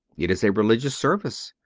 it is a religious service.